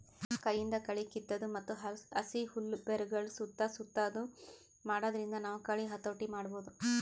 ಕೈಯಿಂದ್ ಕಳಿ ಕಿತ್ತದು ಮತ್ತ್ ಹಸಿ ಹುಲ್ಲ್ ಬೆರಗಳ್ ಸುತ್ತಾ ಸುತ್ತದು ಮಾಡಾದ್ರಿಂದ ನಾವ್ ಕಳಿ ಹತೋಟಿ ಮಾಡಬಹುದ್